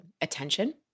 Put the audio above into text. attention